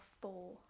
four